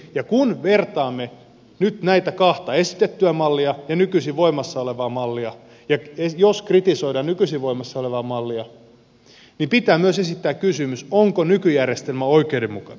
ja kun vertaamme nyt näitä kahta esitettyä mallia ja nykyisin voimassa olevaa mallia ja jos kritisoidaan nykyisin voimassa olevaa mallia niin pitää myös esittää kysymys onko nykyjärjestelmä oikeudenmukainen